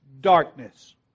darkness